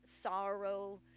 sorrow